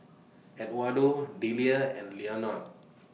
Eduardo Deliah and Leonard